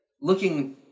looking